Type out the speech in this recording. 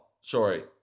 Sorry